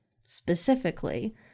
specifically